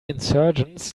insurgents